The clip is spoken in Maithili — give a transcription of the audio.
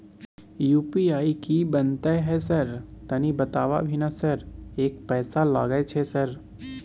यु.पी.आई की बनते है सर तनी बता भी ना सर एक पैसा लागे छै सर?